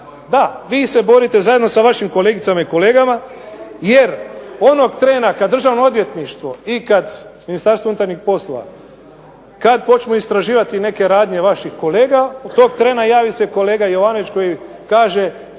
Da. vi se borite zajedno da vašim kolegicama i kolegama, jer onog trena kada Državno odvjetništvo i kada Ministarstvo unutarnjih poslova kad počnu istraživati neke radnje vaših kolega tog trena javi se kolega Jovanović koji kaže